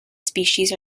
species